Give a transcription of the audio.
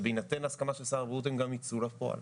ובהינתן הסכמה של שר הבריאות הן גם ייצאו לפועל.